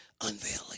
unveiling